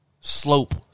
Slope